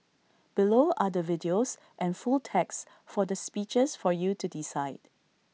below are the videos and full text for the speeches for you to decide